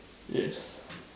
yes